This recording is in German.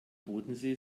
bodensee